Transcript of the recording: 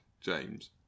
James